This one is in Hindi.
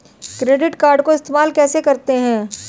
क्रेडिट कार्ड को इस्तेमाल कैसे करते हैं?